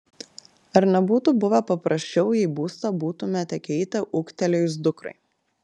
ar nebūtų buvę paprasčiau jei būstą būtumėte keitę ūgtelėjus dukrai